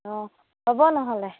অঁ হ'ব ন'হলে